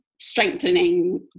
strengthening